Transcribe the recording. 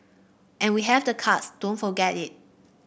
and we have the cards don't forget it